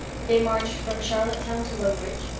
they marched from charlottetown to lowbridge,